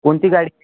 कोणती गाडी